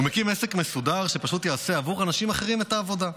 הוא מקים עסק מסודר שפשוט יעשה עבור אנשים אחרים את העבודה.